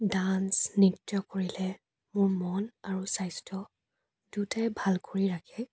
dance নৃত্য কৰিলে মোৰ মন আৰু স্বাস্থ্য দুয়োটাই ভাল কৰি ৰাখে